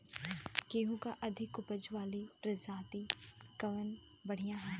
गेहूँ क अधिक ऊपज वाली प्रजाति कवन बढ़ियां ह?